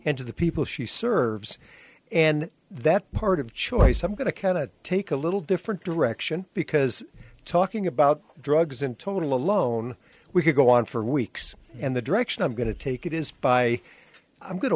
and to the people she serves and that part of choice i'm going to take a little different direction because talking about drugs and total alone we could go on for weeks and the direction i'm going to take it is by i'm going to